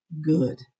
good